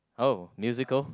oh musical